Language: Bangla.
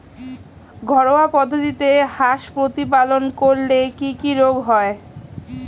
ঘরোয়া পদ্ধতিতে হাঁস প্রতিপালন করলে কি কি রোগ হয়?